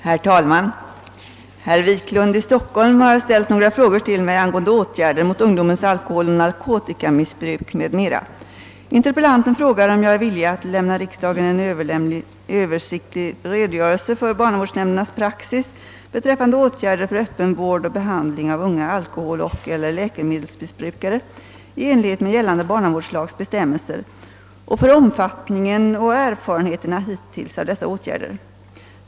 Herr talman! Herr Wiklund i Stockholm har ställt några frågor till mig angående åtgärder mot ungdomens alkoholoch narkotikamissbruk m.m. Interpellanten frågar, om jag är villig att lämna riksdagen en översiktlig redogörelse för barnavårdsnämndernas praxis beträffande åtgärder för öppen vård och behandling av unga alkoholoch/eller läkemedelsmissbrukare i enlighet med gällande barnavårdslags bestämmelser och för omfattningen och erfarenheterna hittills av dessa åtgärder.